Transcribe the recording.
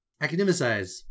Academicize